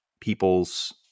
people's